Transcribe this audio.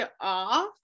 off